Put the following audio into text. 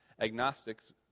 Agnostics